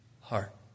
heart